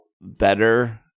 better